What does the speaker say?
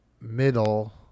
middle